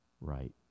right